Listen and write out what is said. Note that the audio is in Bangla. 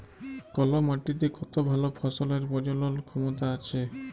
কল মাটিতে কত ভাল ফসলের প্রজলল ক্ষমতা আছে